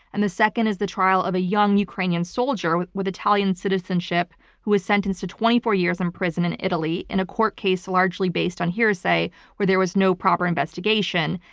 and the second is the trial of a young ukrainian soldier with with italian citizenship who was sentenced to twenty four years in prison in italy in a court case largely based on hearsay where there was no proper investigation.